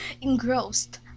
engrossed